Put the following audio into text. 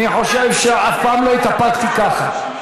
אני חושב שאף פעם לא התאפקתי ככה.